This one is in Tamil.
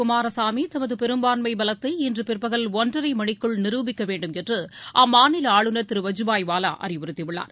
குமாரசாமி தமது பெரும்பான்மை பலத்தை இன்று பிற்பகல் ஒன்றரை மணிக்குள் நிருபிக்க வேண்டும் என்று அம்மாநில ஆளுநர் திரு வஜபாய் வாலா அறிவுறுத்தியுள்ளார்